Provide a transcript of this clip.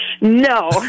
No